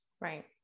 Right